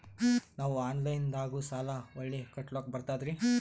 ನಾವು ಆನಲೈನದಾಗು ಸಾಲ ಹೊಳ್ಳಿ ಕಟ್ಕೋಲಕ್ಕ ಬರ್ತದ್ರಿ?